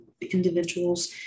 individuals